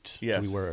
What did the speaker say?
Yes